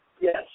Yes